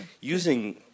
using